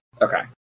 okay